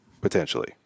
potentially